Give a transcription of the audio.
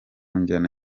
njyana